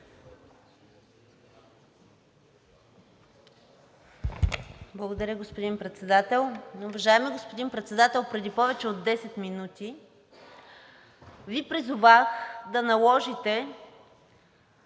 Благодаря, господин Председател. Уважаеми господин Председател, преди повече от 10 минути Ви призовах да наложите